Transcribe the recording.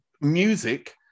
music